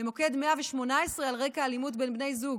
למוקד 118 על רקע אלימות בין בני זוג.